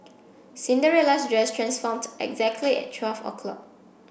Cinderella's dress transformed exactly at twelve o'clock